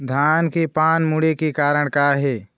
धान के पान मुड़े के कारण का हे?